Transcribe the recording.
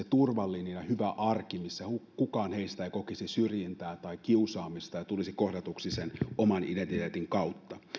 turvallisen ja hyvän arjen missä kukaan heistä ei kokisi syrjintää tai kiusaamista vaan tulisi kohdatuksi sen oman identiteetin kautta